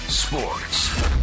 sports